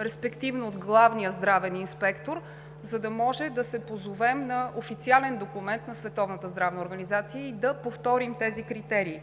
респективно от Главния здравен инспектор, за да може да се позовем на официален документ на Световната здравна организация и да повторим тези критерии.